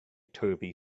turvy